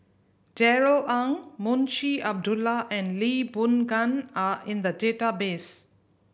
Darrell Ang Munshi Abdullah and Lee Boon Ngan are in the database